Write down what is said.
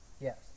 yes